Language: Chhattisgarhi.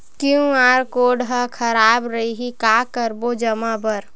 क्यू.आर कोड हा खराब रही का करबो जमा बर?